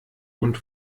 und